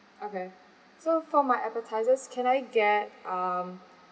okay so for my appetisers can I get